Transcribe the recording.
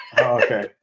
Okay